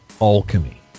alchemy